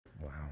Wow